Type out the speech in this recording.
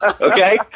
Okay